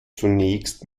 zunächst